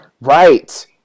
right